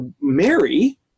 Mary